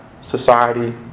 society